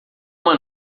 uma